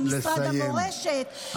למשרד המורשת,